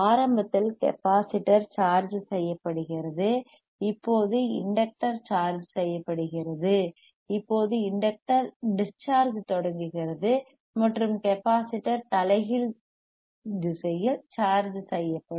ஆரம்பத்தில் capacitor charge செய்யப்படுகிறது இப்போது இண்டக்டர் சார்ஜ் செய்யப்படுகிறது இப்போது இண்டக்டர் டிஸ் சார்ஜ் தொடங்குகிறது மற்றும் கெப்பாசிட்டர் தலைகீழ் திசையில் சார்ஜ் செய்யப்படும்